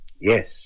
Yes